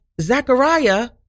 Zechariah